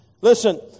Listen